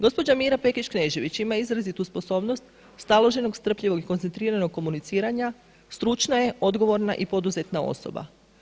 Gospođa Mira Pekić Knežević ima izrazitu sposobnost staloženost, strpljivost i koncentriranog komuniciranja, stručna je, odgovorna i poduzetna osoba.